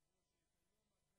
שסוף-סוף שמע בבית הזה,